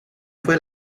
fue